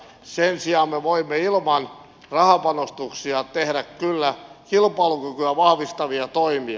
sen sijaan me voimme ilman rahapanostuksia tehdä kyllä kilpailukykyä vahvistavia toimia